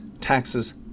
taxes